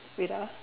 wait ah